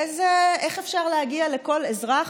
איך אפשר להגיע לכל אזרח,